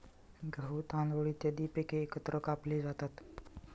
गहू, तांदूळ इत्यादी पिके एकत्र कापली जातात